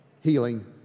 healing